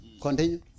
Continue